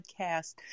podcast